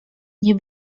nie